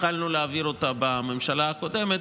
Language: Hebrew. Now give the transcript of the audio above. התחלנו להעביר בממשלה הקודמת,